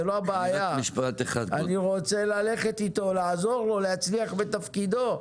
אני רוצה ללכת איתו ולעזור לו להצליח בתפקידו,